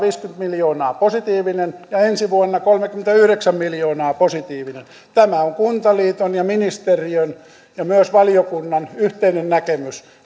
miljoonaa positiivinen ja ensi vuonna kolmekymmentäyhdeksän miljoonaa positiivinen tämä on kuntaliiton ja ministeriön ja myös valiokunnan yhteinen näkemys